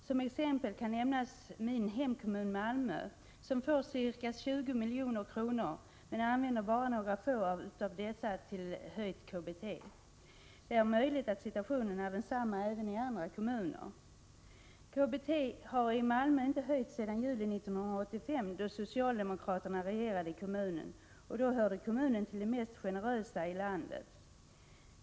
Som exempel kan nämnas min hemkommun Malmö som får ca 20 milj.kr. men som bara använder några få av dessa miljoner till att höja KBT. Det är möjligt att situationen är densamma även i andra kommuner. I Malmö har KBT inte höjts sedan juli 1985; då socialdemokraterna styrde i kommunen Då hörde kommunen till de mest generösa i landet.